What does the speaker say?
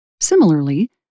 Similarly